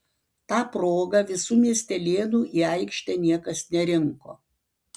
ta proga visų miestelėnų į aikštę niekas nerinko